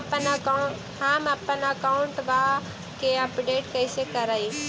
हमपन अकाउंट वा के अपडेट कैसै करिअई?